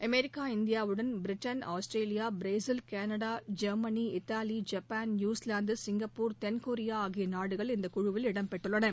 America இந்தியாவுடன் Britain Australia Brazil Canada Germany Italy Japan New Zealand Singapore தென்கொரியா ஆகிய நாடுகள் இந்த குழுவில் இடம்பெற்றுள்ளன